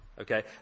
Okay